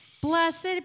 Blessed